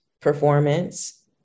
performance